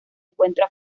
encuentra